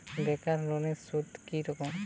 বেকার লোনের সুদ কি রকম?